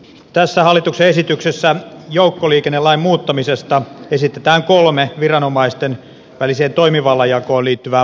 tässä hallituksen esityksessä joukkoliikennelain muuttamisesta esitetään kolme viranomaisten väliseen toimivallan jakoon liittyvää muutosta